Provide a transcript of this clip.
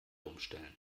umstellen